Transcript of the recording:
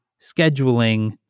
scheduling